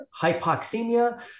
hypoxemia